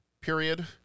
period